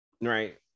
right